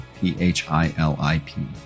P-H-I-L-I-P